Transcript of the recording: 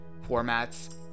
formats